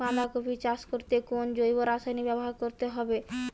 বাঁধাকপি চাষ করতে কোন জৈব রাসায়নিক ব্যবহার করতে হবে?